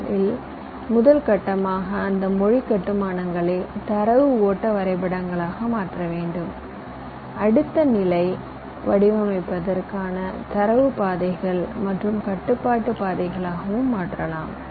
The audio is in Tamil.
எல்இல் முதல் கட்டமாக அந்த மொழி கட்டுமானங்களை தரவு ஓட்ட வரைபடங்களாக மாற்ற வேண்டும் அடுத்த நிலை வடிவமைப்பிற்கான தரவு பாதைகள் மற்றும் கட்டுப்பாட்டு பாதைகளையும் மாற்றலாம்